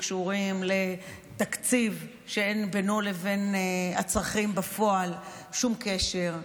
שקשורים לתקציב שאין בינו לבין הצרכים בפועל שום קשר,